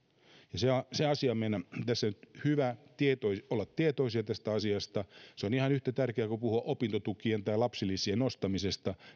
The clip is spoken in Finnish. meidän on tässä nyt hyvä olla tietoisia tästä asiasta on ihan yhtä tärkeää puhua työkyvyttömyyseläkeläisten elämäntilanteen kohentamisesta kuin puhua opintotukien tai lapsilisien nostamisesta